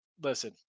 listen